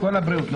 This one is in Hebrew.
כל הבריאות.